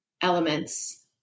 elements